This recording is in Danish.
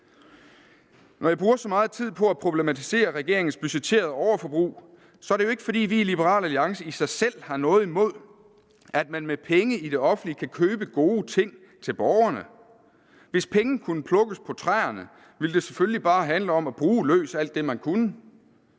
Når jeg bruger så meget tid på at problematisere regeringens budgetterede overforbrug, er det jo ikke, fordi vi i Liberal Alliance i sig selv har noget imod, at man med penge i det offentlige kan købe gode ting til borgerne. Hvis penge kunne plukkes på træerne, ville det selvfølgelig bare handle om at bruge løs alt det, man kunne,